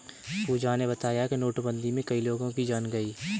पूजा ने बताया कि नोटबंदी में कई लोगों की जान गई